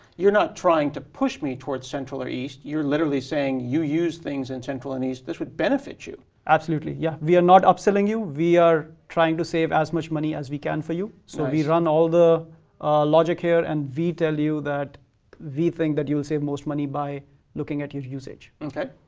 you're not trying to push me towards central or east, you're literally saying you use things in central and east. this would benefit you. absolutely. yeah. v are not upselling you, v are trying to save as much money as we can for you. so we run all the logic here and v tell you that v think that you will save most money by looking at your usage. okay.